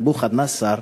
נבוכדנצר,